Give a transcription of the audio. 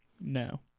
no